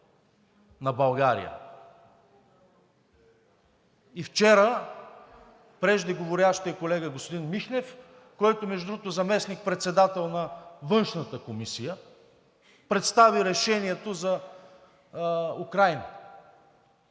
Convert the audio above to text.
на България. Вчера преждеговорящият колега господин Михнев, който между другото е заместник-председател на Външната комисия, представи решението за Украйна.